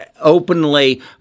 openly